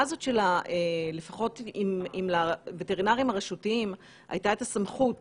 לפחות אם לווטרינריים הרשותיים הייתה את הסמכות